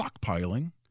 stockpiling